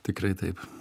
tikrai taip